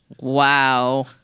Wow